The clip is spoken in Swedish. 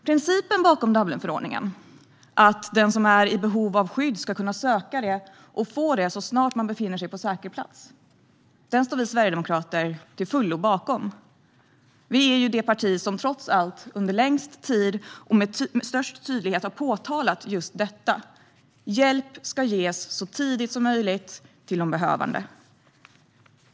Principen bakom Dublinförordningen - att den som är i behov av skydd ska kunna söka det och få det så snart som man befinner sig på säker plats - står vi Sverigedemokrater till fullo bakom. Vi är trots allt det parti som under längst tid och med störst tydlighet har påpekat just detta: Hjälp ska ges så tidigt som möjligt till de behövande.